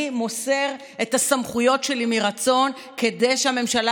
אני מוסר את הסמכויות שלי מרצון כדי שהממשלה